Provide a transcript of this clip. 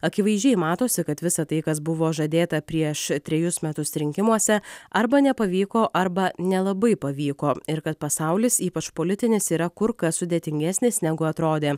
akivaizdžiai matosi kad visa tai kas buvo žadėta prieš trejus metus rinkimuose arba nepavyko arba nelabai pavyko ir kad pasaulis ypač politinis yra kur kas sudėtingesnis negu atrodė